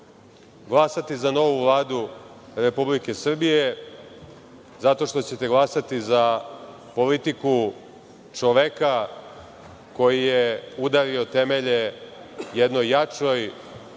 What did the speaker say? glasati za novu Vladu Republike Srbije, zato što ćete glasati za politiku čoveka koji je udario temelje jednoj jačoj,